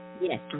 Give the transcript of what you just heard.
Yes